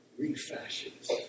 refashions